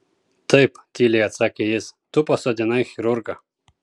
taip tyliai atsakė jis tu pasodinai chirurgą